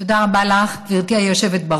תודה רבה לך, גברתי היושבת-ראש.